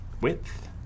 width